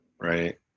Right